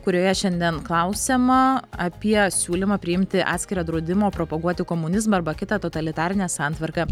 kurioje šiandien klausiama apie siūlymą priimti atskirą draudimo propaguoti komunizmą arba kitą totalitarinę santvarką